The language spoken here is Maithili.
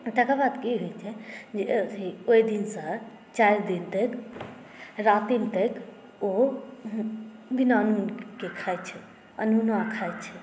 तकर बाद की होइत छै जे ओहि दिनसँ चारि दिन तक रातिम तक ओ बिना नोनके खाइत छै अनोना खाइत छै